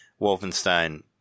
Wolfenstein